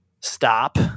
stop